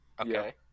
Okay